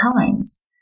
times